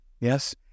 Yes